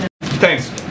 Thanks